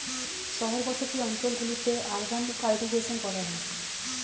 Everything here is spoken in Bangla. শহর বসতি অঞ্চল গুলিতে আরবান কাল্টিভেশন করা হয়